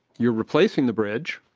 you are replacing the bridge.